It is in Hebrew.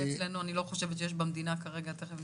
אני לא חושבת שיש במדינה אופציה כזו,